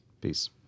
Peace